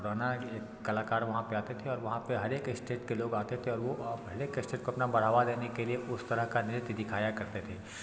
पुराना एक कलाकार वहाँ पर आते थे और वहाँ पर हर एक स्टेट के लोग आते थे और वो हर एक स्टेट को अपना बढ़ावा देने के लिए उस तरह का नृत्य दिखाया करते थे